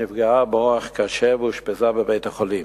נפגעה באורח קשה ואושפזה בבית-החולים.